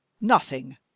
Nothing